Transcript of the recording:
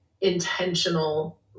intentional